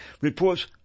reports